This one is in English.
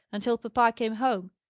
until papa came home.